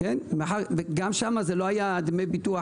גם שם זה לא היה דמי ביטוח,